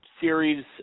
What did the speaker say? series